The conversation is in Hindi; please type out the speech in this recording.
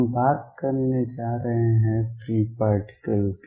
हम बात करने जा रहे हैं फ्री पार्टिकल्स की